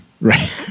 Right